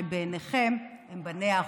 שבעיניכם הם בניה החורגים.